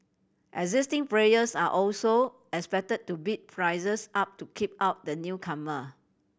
existing players are also expect to bid prices up to keep out the newcomer